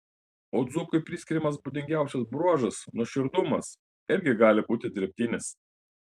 o dzūkui priskiriamas būdingiausias bruožas nuoširdumas irgi gali būti dirbtinis